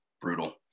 brutal